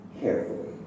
carefully